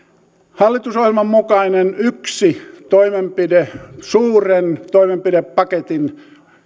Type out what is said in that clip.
hallitusohjelman mukainen toimenpide suuren toimenpidepaketin